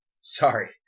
Sorry